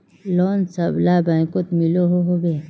Loan सबला बैंकोत मिलोहो होबे?